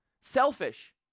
selfish